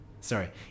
Sorry